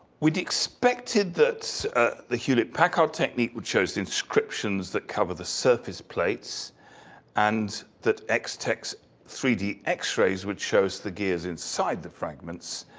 we'd expected that the hewlett-packard technique would show us the inscriptions that covers the surface plates and that x-tek's three d x-rays would show us the gears inside the fragments.